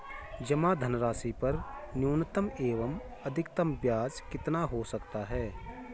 जमा धनराशि पर न्यूनतम एवं अधिकतम ब्याज कितना हो सकता है?